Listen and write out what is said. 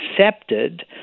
accepted